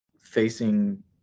facing